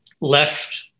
left